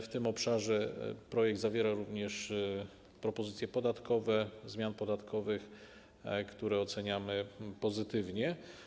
W tym obszarze projekt zawiera również propozycje zmian podatkowych, które oceniamy pozytywnie.